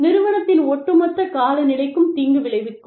நிறுவனத்தின் ஒட்டுமொத்த காலநிலைக்கும் தீங்கு விளைவிக்கும்